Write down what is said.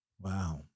Wow